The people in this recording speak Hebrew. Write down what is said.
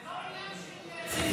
זה לא עניין של צביון,